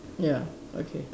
ya okay